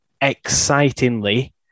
excitingly